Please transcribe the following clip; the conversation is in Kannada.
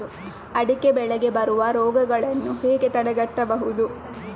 ಅಡಿಕೆ ಬೆಳೆಗೆ ಬರುವ ರೋಗಗಳನ್ನು ಹೇಗೆ ತಡೆಗಟ್ಟಬಹುದು?